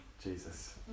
Jesus